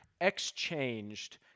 exchanged